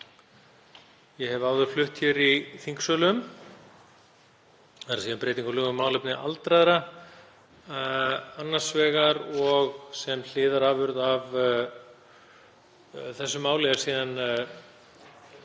ég hef áður flutt hér í þingsölum, um breytingu á lögum um málefni aldraðra annars vegar og sem hliðarafurð af þessu máli er síðan